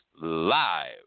live